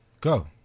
Go